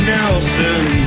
Nelson